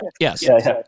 Yes